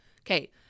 Okay